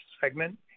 segment